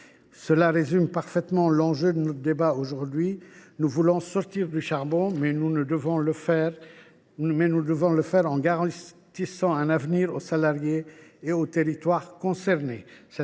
Cela résume parfaitement l’enjeu de notre débat, mes chers collègues : nous voulons sortir du charbon, mais nous devons le faire en garantissant un avenir aux salariés et aux territoires concernés.